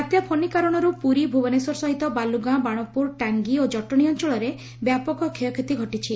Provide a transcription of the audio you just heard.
ବାତ୍ୟା ଫନି କାରଣରୁ ପୁରୀ ଓ ଭୁବନେଶ୍ୱର ସହିତ ବାଲୁଗାଁ ବାଣପୁର ଟାଙ୍ଗୀ ଓ ଜଟଣୀ ଅଞଳରେ ବ୍ୟାପକ କ୍ଷୟକ୍ଷତି ଘଟିଛି